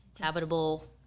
habitable